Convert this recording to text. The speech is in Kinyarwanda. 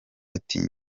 ati